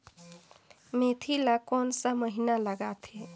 मेंथी ला कोन सा महीन लगथे?